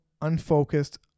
unfocused